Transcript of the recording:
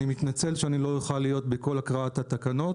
אני מתנצל שאני לא אוכל להיות בכל הקראת התקנות,